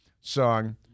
song